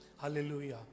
Hallelujah